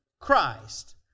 Christ